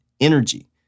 energy